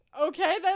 Okay